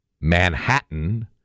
Manhattan